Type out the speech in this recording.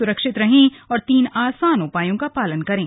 स्रक्षित रहें और तीन आसान उपायों का पालन करें